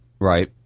Right